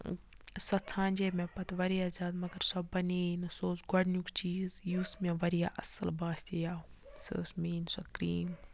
سۄ ژھانٛجے مےٚ پَتہٕ واریاہ زیادٕ مگر سۄ بَنے یہِ نہٕ سُہ اوس گۄڈنیُک چیٖز یُس مےٚ واریاہ اصل باسے یاو سۄ ٲس میٲنٛۍ سۄ کریٖم